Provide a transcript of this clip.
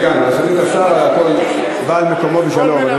אז יעלה השר והכול בא על מקומו בשלום.